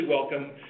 welcome